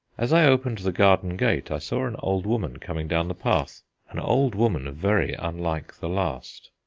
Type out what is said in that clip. as i opened the garden gate i saw an old woman coming down the path an old woman very unlike the last.